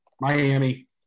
Miami